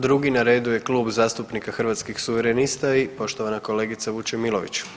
Drugi na redu je Klub zastupnika Hrvatskih suverenista i poštovana kolegica Vučemilović.